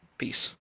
Peace